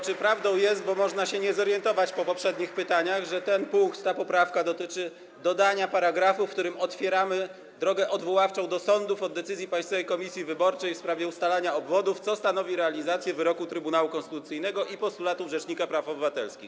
Czy prawdą jest, bo można się nie zorientować po poprzednich pytaniach, że ta poprawka dotyczy dodania paragrafu, w którym otwieramy drogę odwoławczą do sądów od decyzji Państwowej Komisji Wyborczej w sprawie ustalania obwodów, co stanowi realizację wyroku Trybunału Konstytucyjnego i postulatów rzecznika praw obywatelskich?